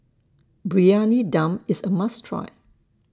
Briyani Dum IS A must Try